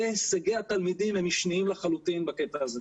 הישגי התלמידים הם משניים לחלוטין בקטע הזה.